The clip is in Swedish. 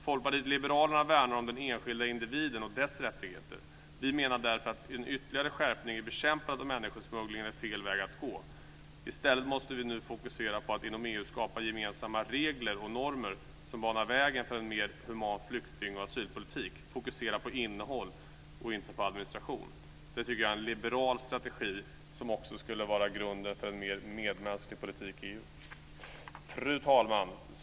Folkpartiet liberalerna värnar om den enskilde individen och dess rättigheter. Vi menar därför att en ytterligare skärpning i bekämpandet av människosmugglingen är fel väg att gå. I stället måste vi nu fokusera på att inom EU skapa gemensamma regler och normer som banar vägen för en mer human flykting och asylpolitik, dvs. fokusera på innehåll och inte på administration. Det tycker jag är en liberal strategi som också skulle vara grunden för en mer medmänsklig politik i EU. Fru talman!